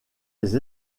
des